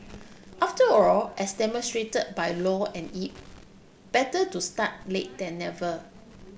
after all as demonstrated by Low and Yip better to start late then never